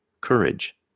courage